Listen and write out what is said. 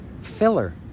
filler